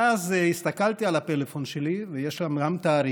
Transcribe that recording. ואז הסתכלתי על הפלאפון שלי יש שם גם תאריך,